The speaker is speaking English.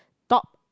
top